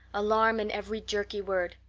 alarm in every jerky word.